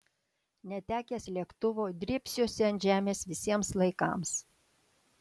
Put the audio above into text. netekęs lėktuvo drėbsiuosi ant žemės visiems laikams